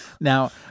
now